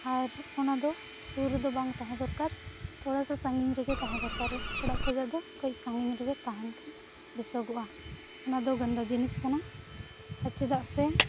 ᱟᱨ ᱚᱱᱟᱫᱚ ᱥᱩᱨ ᱨᱮᱫᱚ ᱵᱟᱝ ᱛᱟᱦᱮᱸ ᱫᱚᱨᱠᱟᱨ ᱛᱚᱲᱟᱥᱟ ᱥᱟᱺᱜᱤᱧ ᱨᱮᱜᱮ ᱛᱟᱦᱮᱸ ᱫᱚᱨᱠᱟᱨ ᱚᱲᱟᱜ ᱠᱷᱚᱱᱫᱚ ᱠᱟᱹᱡ ᱥᱟᱺᱜᱤᱧ ᱨᱮᱜᱮ ᱛᱟᱦᱮᱱ ᱠᱷᱟᱱ ᱵᱮᱥᱚᱜᱼᱟ ᱚᱱᱟᱫᱚ ᱜᱟᱱᱫᱟ ᱡᱤᱱᱤᱥ ᱠᱟᱱᱟ ᱪᱮᱫᱟᱜ ᱥᱮ